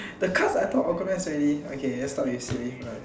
the cards I thought organized already okay let's start with silly first